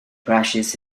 crashes